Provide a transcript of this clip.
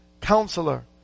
Counselor